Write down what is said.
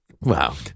Wow